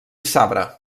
sabre